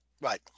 right